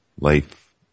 life